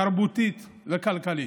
תרבותית וכלכלית.